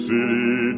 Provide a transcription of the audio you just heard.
City